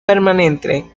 permanente